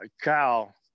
Kyle